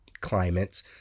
climates